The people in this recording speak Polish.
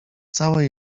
całe